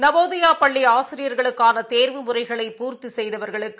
நவோதயாபள்ளிஆசிரியர்களுக்கானதேர்வு முறைகளை பூர்த்திசெய்தவர்களுக்கு